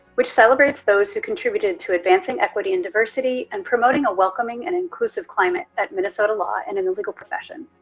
which celebrates those who contributed to advancing equity and diversity and promoting a welcoming and inclusive climate at minnesota law and in the legal profession.